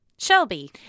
Shelby